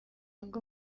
ngo